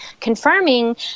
confirming